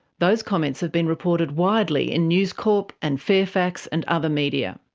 those comments have been reported widely in news corp and fairfax and other media.